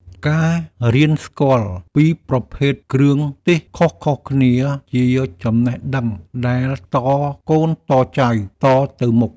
ការរៀនស្គាល់ពីប្រភេទគ្រឿងទេសខុសៗគ្នាជាចំណេះដឹងដែលតកូនតចៅតទៅមុខ។